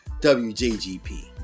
WJGP